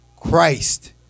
Christ